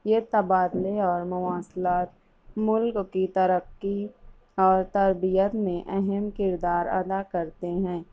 یہ تبادلے اور مواصلات ملک کی ترقی اور تربیت میں اہم کردار ادا کرتے ہیں